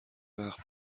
وقت